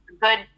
good